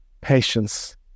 patience